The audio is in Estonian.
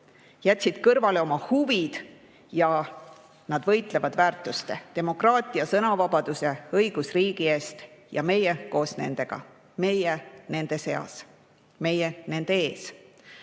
jätsid kõrvale oma huvid. Nad võitlevad oma väärtuste, demokraatia, sõnavabaduse ja õigusriigi eest ning meie koos nendega, meie nende seas, meie nende ees.